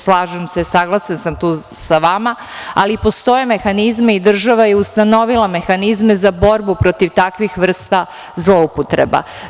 Slažem se i saglasna sam tu sa vama, ali postoje mehanizmi i država je ustanovila mehanizme za borbu protiv takvih vrsta zloupotreba.